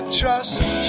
trust